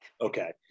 Okay